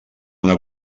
una